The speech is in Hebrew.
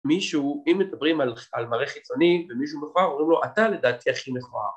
מישהו, אם מדברים על מראה חיצוני ומישהו מכוער, אומרים לו אתה לדעתי הכי מכוער